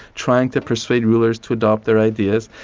trying to persuade rulers to adopt their ideas.